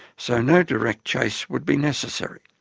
so no direct chase would be necessary.